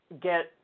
get